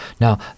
Now